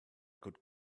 could